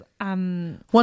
One